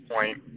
point